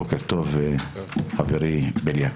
בוקר טוב חברי בליאק.